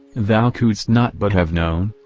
thou couldst not but have known,